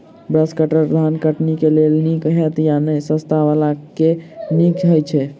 Brush cutter धान कटनी केँ लेल नीक हएत या नै तऽ सस्ता वला केँ नीक हय छै?